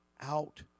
out